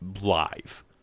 live